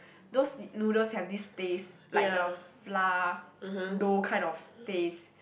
those noodles have this taste like the flour dough kind of taste